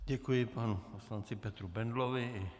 Děkuji, panu poslanci Petru Bendlovi.